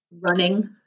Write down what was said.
running